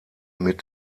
mit